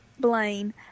Blaine